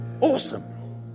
Awesome